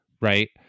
Right